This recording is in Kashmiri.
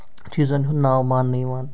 چیٖزَن ہُند ناو ماننہٕ یِوان